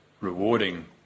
rewarding